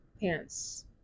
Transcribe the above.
pants